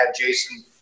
Jason